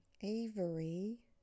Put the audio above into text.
Avery